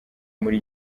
muri